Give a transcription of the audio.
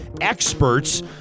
experts